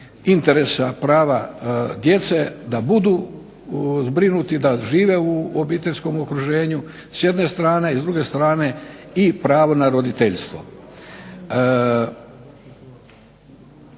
interesa prava djece da budu zbrinuti, da žive u obiteljskom okruženju s jedne strane i s druge strane i pravo na roditeljstvo.